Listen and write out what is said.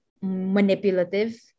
manipulative